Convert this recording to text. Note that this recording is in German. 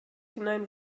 hinein